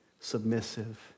submissive